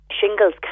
Shingles